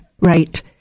Right